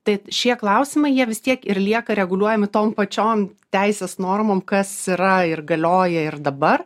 tai šie klausimai jie vis tiek ir lieka reguliuojami tom pačiom teisės normom kas yra ir galioja ir dabar